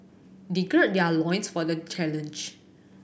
they gird their loins for the challenge